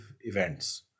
events